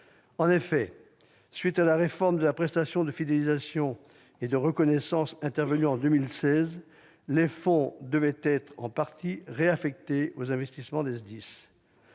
À la suite de la réforme de la prestation de fidélisation et de reconnaissance intervenue en 2016, les fonds dégagés devaient être en partie réaffectés aux investissements des SDIS.